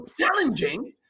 challenging